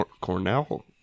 Cornell